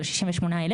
68,000,